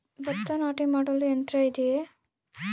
ಭತ್ತ ನಾಟಿ ಮಾಡಲು ಯಂತ್ರ ಇದೆಯೇ?